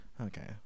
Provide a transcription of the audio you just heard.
Okay